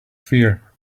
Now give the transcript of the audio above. fear